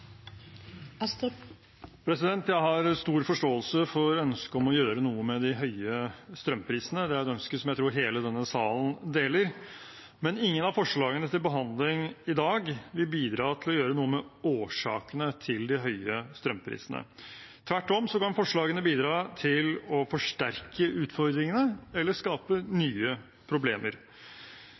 Jeg har stor forståelse for ønsket om å gjøre noe med de høye strømprisene. Det er et ønske som jeg tror hele denne salen deler. Men ingen av forslagene som er til behandling i dag, vil bidra til å gjøre noe med årsakene til de høye strømprisene. Tvert om, kan forslagene bidra til å forsterke utfordringene, eller skape nye problemer.